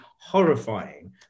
horrifying